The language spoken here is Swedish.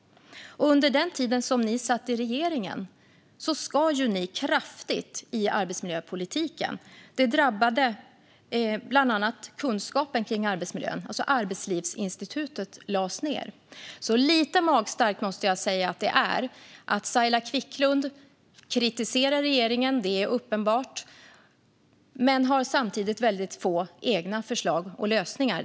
Under den tid som ni satt i regeringen skar ni kraftigt i arbetsmiljöpolitiken. Det drabbade bland annat kunskapen om arbetsmiljön. Arbetslivsinstitutet lades ned. Jag måste säga att det är lite magstarkt att Saila Quicklund kritiserar regeringen - det är uppenbart - samtidigt som hon har väldigt få egna förslag och lösningar.